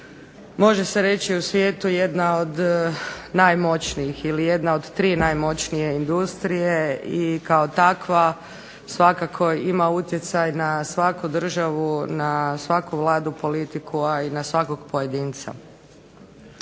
može se reći u svijetu jedna od najmoćnijih ili jedna od 3 najmoćnije industrije i kao takva svakako ima utjecaj na svaku državu, na svaku Vladu, politiku, a i na svakog pojedinca.